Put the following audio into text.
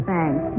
Thanks